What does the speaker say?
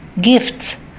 gifts